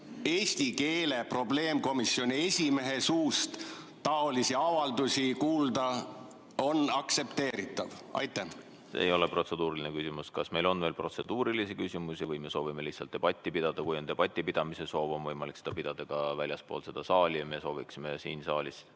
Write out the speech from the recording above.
eesti keele probleemkomisjoni esimehe suust taolisi avaldusi kuulda on aktsepteeritav? See ei ole protseduuriline küsimus. Kas meil on veel protseduurilisi küsimusi või me soovime lihtsalt debatti pidada? Kui on debati pidamise soov, on võimalik seda pidada ka väljaspool seda saali. Me sooviksime siin saalis